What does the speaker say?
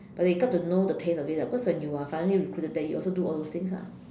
but they get to know the taste of it lah because when you are finally recruited then you also do all those things ah